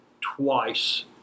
twice